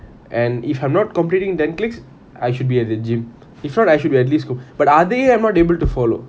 and if I'm not completing ten clicks I should be at the gym if not I should be at least g~ but are they they are not able to follow